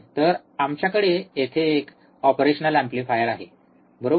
तर आमच्याकडे येथे एक ऑपरेशनल एम्पलीफायर आहे बरोबर